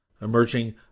emerging